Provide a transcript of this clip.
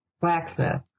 blacksmith